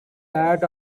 diet